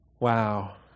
wow